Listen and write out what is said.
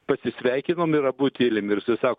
pasisveikinom ir abu tylim ir jisai sako